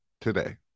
today